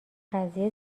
قضیه